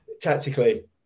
Tactically